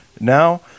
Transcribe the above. now